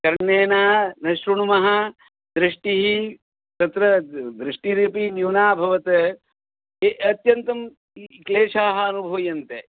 कर्णेन न श्रुणुमः दृष्टिः तत्र दृष्टिरपि न्यूना अभवत् अत्यन्तं क्लेशाः अनुभूयन्ते